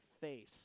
face